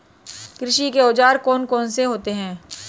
कृषि के औजार कौन कौन से होते हैं?